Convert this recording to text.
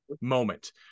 moment